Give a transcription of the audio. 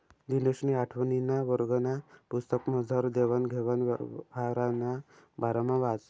दिनेशनी आठवीना वर्गना पुस्तकमझार देवान घेवान यवहारना बारामा वाचं